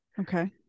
Okay